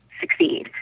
succeed